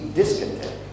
discontent